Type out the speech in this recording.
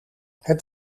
het